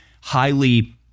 highly